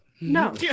No